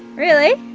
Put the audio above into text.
really?